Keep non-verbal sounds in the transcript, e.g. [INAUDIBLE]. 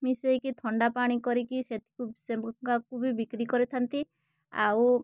ମିଶାଇକି ଥଣ୍ଡା ପାଣି କରିକି [UNINTELLIGIBLE] କୁ ବି ବିକ୍ରି କରିଥାନ୍ତି ଆଉ